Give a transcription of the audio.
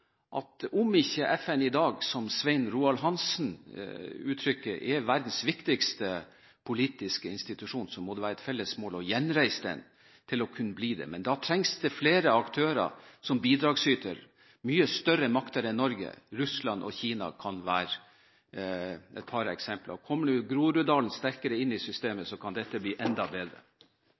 at hvis ikke FN i dag – som Svein Roald Hansen uttrykker det – er verdens viktigste politiske institusjon, må det være et felles mål å gjenreise den til å kunne bli det. Men da trengs det flere aktører som bidragsytere – mye større makter enn Norge. Russland og Kina kan være et par eksempler. Kommer nå Groruddalen sterkere inn i systemet, kan dette bli enda bedre.